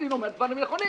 וקנין אומר דברים נכונים,